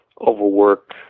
overwork